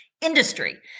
industry